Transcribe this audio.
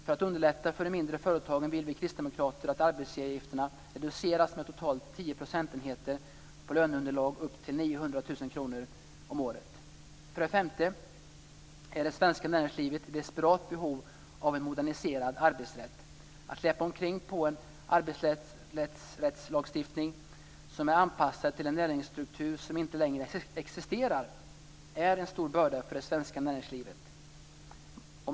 För att underlätta för de mindre företagen vill vi kristdemokrater att arbetsgivaravgifterna reduceras med totalt För det femte är det svenska näringslivet i desperat behov av en moderniserad arbetsrätt. Att släpa omkring på en arbetsrättslagstiftning som är anpassad till en näringsstruktur som inte längre existerar är en stor börda för det svenska näringslivet.